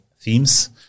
themes